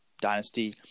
dynasty